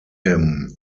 him